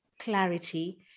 clarity